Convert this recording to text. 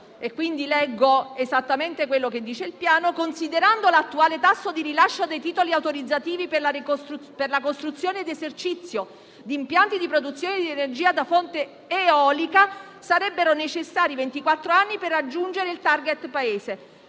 (quindi leggo esattamente quello che dice il Piano), considerando l'attuale tasso di rilascio dei titoli autorizzativi per la costruzione ed esercizio di impianti di produzione di energia da fonte eolica, sarebbero necessari ventiquattro anni per raggiungere il *target* Paese;